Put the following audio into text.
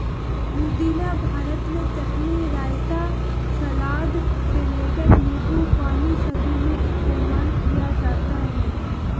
पुदीना भारत में चटनी, रायता, सलाद से लेकर नींबू पानी सभी में इस्तेमाल किया जाता है